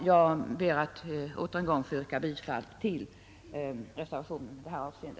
Jag ber att än en gång få yrka bifall till reservationen i detta avseende.